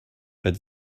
but